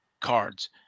cards